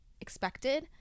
expected